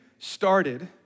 started